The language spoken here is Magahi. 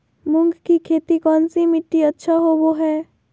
मूंग की खेती कौन सी मिट्टी अच्छा होबो हाय?